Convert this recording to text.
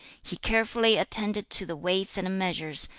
he carefully attended to the weights and measures,